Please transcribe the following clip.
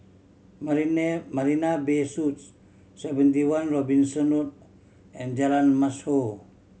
Marina Bay Suites Seventy One Robinson Road and Jalan Mashhor